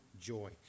joy